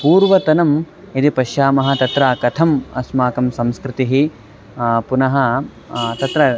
पूर्वतनं यदि पश्यामः तत्र कथम् अस्माकं संस्कृतिः पुनः तत्र